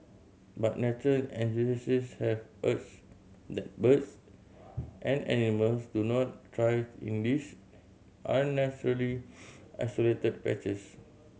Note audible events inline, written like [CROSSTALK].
but nature [UNINTELLIGIBLE] have argued that birds and animals do not thrive in these unnaturally isolated patches